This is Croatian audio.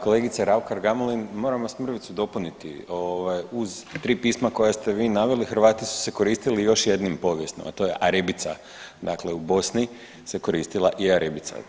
Kolegice Raukar Gamulin, moram vas mrvicu dopuniti, ovaj uz tri pisma koja ste vi naveli Hrvati su se koristili još jednim povijesnim, a to je arebica, dakle u Bosni se koristila i arebica.